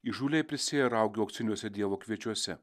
įžūliai prisėja raugių auksiniuose dievo kviečiuose